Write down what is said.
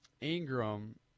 Ingram